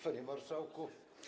Panie Marszałku!